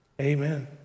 Amen